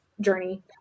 journey